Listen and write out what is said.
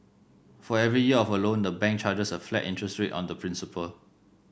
for every year of a loan the bank charges a flat interest rate on the principal